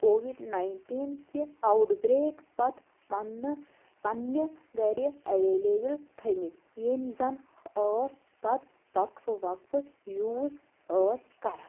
Covid nineteen کہِ outbreak پتہٕ مننہٕ پننہِ گھرِ ایٚولیبٕل تھٲمِتۍ ییٚمۍ زن ٲس پتہٕ وقفہٕ وقفہٕ یوٗز ٲسۍ کَران